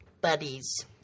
buddies